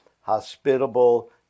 hospitable